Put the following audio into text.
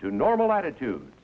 to normal attitudes